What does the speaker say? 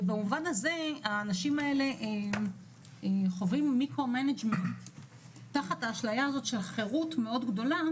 במובן הזה האנשים האלה חווים תחת האשליה הזאת של חירות גדולה מאוד,